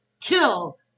kill